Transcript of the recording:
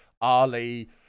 Ali